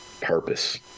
purpose